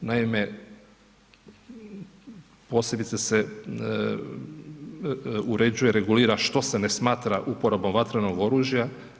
Naime, posebice se uređuje, regulira što se ne smatra uporabom vatrenog oružja.